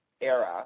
Era